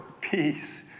peace